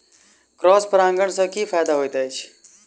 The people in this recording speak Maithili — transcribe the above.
क्रॉस परागण सँ की फायदा हएत अछि?